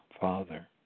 Father